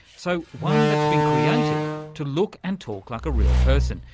so one that's been created to look and talk like a real person,